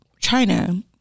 China